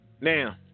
Now